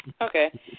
Okay